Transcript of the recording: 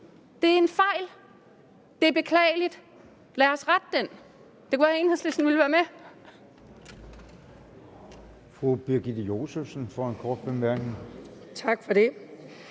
Det er en fejl. Det er beklageligt. Lad os rette den. Det kunne være, Enhedslisten ville være med.